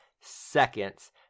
seconds